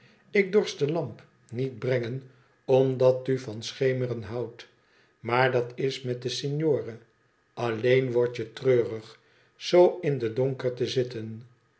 ik dorst de lamp niet brengen omdat u van schemeren houdt maar dat is met den signore alleen wordt je treurig zoo in den donker te zitten